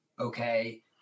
okay